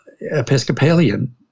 Episcopalian